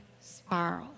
spiral